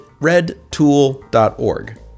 redtool.org